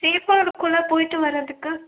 சேஃபாக இருக்கும்ல போய்விட்டு வரதுக்கு